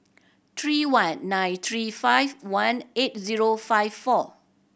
three one nine three five one eight zero five four